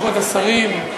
כבוד השרים,